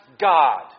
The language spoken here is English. God